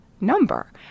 number